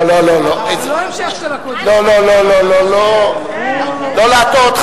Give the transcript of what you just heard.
לא לא לא, לא להטעות.